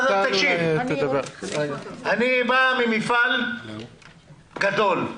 אני בא ממפעל גדול.